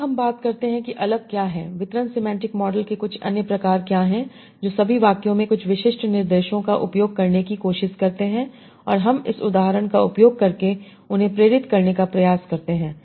अब हम बात करते हैं कि अलग क्या हैं वितरण सिमेंटिक मॉडल के कुछ अन्य प्रकार क्या हैं जो सभी वाक्यों में कुछ विशिष्ट निर्देशों का उपयोग करने की कोशिश करते हैं और हम इस उदाहरण का उपयोग करके उन्हें प्रेरित करने का प्रयास करते हैं